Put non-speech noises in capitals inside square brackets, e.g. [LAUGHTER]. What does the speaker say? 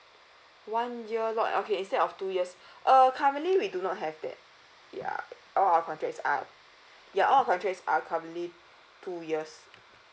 one year lot and okay instead of two years [BREATH] uh currently we do not have that ya [NOISE] all our contract is are ya all our contract is are currently two years